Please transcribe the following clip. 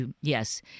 Yes